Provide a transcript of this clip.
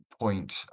point